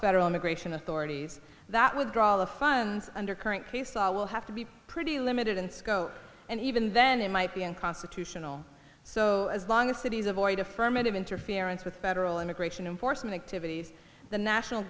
federal immigration authorities that withdrawal of funds under current case law will have to be pretty limited in scope and even then it might be unconstitutional so as long as cities avoid affirmative interference with federal immigration enforcement activities the national